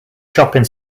shopping